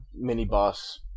mini-boss